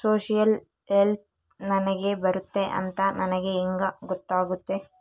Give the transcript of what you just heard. Social help ನನಗೆ ಬರುತ್ತೆ ಅಂತ ನನಗೆ ಹೆಂಗ ಗೊತ್ತಾಗುತ್ತೆ?